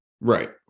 Right